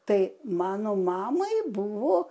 tai mano mamai buvo